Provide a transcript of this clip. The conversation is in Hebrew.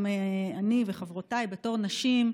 אני וחברותיי בתור נשים,